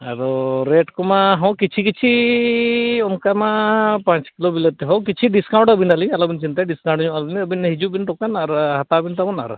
ᱟᱫᱚ ᱨᱮᱹᱴ ᱠᱚᱢᱟ ᱦᱮᱸ ᱠᱤᱪᱷᱤ ᱠᱤᱪᱷᱤ ᱚᱱᱠᱟ ᱢᱟ ᱯᱟᱸᱪ ᱠᱤᱞᱳ ᱵᱤᱞᱟᱹᱛᱤ ᱦᱮᱸ ᱠᱤᱪᱷᱩ ᱰᱤᱥᱠᱟᱣᱩᱱᱴ ᱟᱹᱵᱤᱱᱟᱞᱤᱧ ᱟᱞᱚᱵᱤᱱ ᱪᱤᱱᱛᱟᱹᱭᱟ ᱰᱤᱥᱠᱟᱣᱩᱱᱴ ᱧᱚᱜ ᱟᱹᱵᱤᱱ ᱟᱹᱵᱤᱱ ᱦᱤᱡᱩᱜ ᱵᱤᱱ ᱫᱳᱠᱟᱱ ᱟᱨ ᱦᱟᱛᱟᱣ ᱟᱹᱜᱩᱭ ᱛᱟᱵᱚᱱ ᱟᱨ